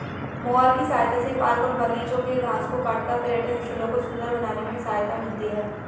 mower की सहायता से पार्क और बागिचों के घास को काटकर पर्यटन स्थलों को सुन्दर बनाने में सहायता मिलती है